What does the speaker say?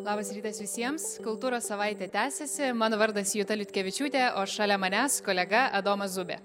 labas rytas visiems kultūros savaitė tęsiasi mano vardas juta liutkevičiūtė o šalia manęs kolega adomas zubė